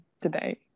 today